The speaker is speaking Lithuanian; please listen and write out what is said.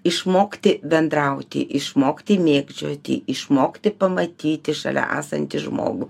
išmokti bendrauti išmokti mėgdžioti išmokti pamatyti šalia esantį žmogų